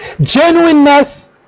Genuineness